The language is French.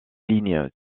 lignes